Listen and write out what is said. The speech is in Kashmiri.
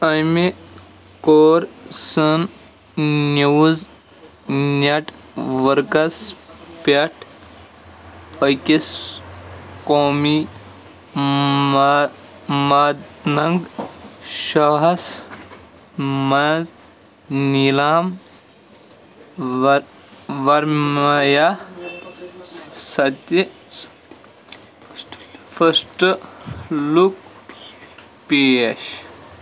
امہِ کورسَن نِیوز نٮ۪ٹوٕرکَس پٮ۪ٹھ أکِس قومی ما ماڑلَنگ شاہَس مَنٛز نیٖلام وَت وَرمایا سَتہِ فٔسٹ لُک پیش